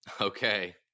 Okay